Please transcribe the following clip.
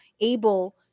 able